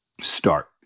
start